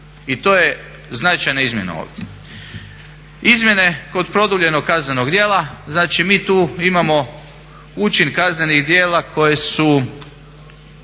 I to je značajna izmjena ovdje. Izmjene kod produljenog kaznenog djela, znači mi tu imamo učin kaznenih djela koji su,